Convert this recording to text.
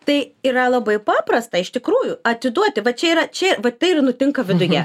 tai yra labai paprasta iš tikrųjų atiduoti va čia yra čia va tai ir nutinka viduje